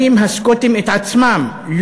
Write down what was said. הסקוטים שואלים את עצמם,